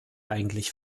eigentlich